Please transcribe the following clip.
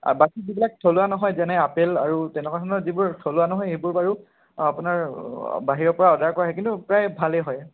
আৰু বাকীবিলাক থলুৱা নহয় যেনে আপেল আৰু তেনেকুৱা ধৰণৰ যিবোৰ থলুৱা নহয় সেইবোৰ বাৰু আপোনাৰ বাহিৰৰ পৰা অৰ্দাৰ কৰে কিন্তু প্ৰায় ভালে হয়